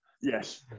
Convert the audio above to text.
Yes